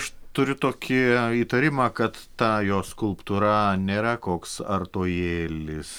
aš turiu tokį įtarimą kad ta jo skulptūra nėra koks artojėlis